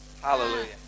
Hallelujah